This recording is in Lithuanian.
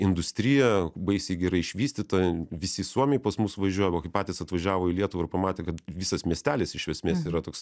industriją baisiai gerai išvystytą visi suomiai pas mus važiuoja va kai patys atvažiavo į lietuvą ir pamatė kad visas miestelis iš esmės yra toks